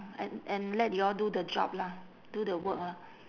and and let you all do the job lah do the work lah